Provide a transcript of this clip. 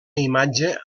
imatge